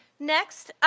next,